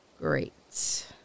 Great